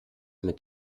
mit